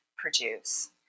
Produce